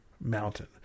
mountain